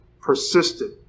persisted